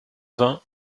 vingt